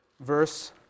verse